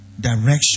direction